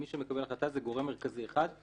מי שמקבל החלטה זה גורם מרכזי אחד,